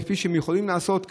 כפי שהם יכולים לעשות,